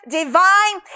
divine